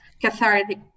cathartic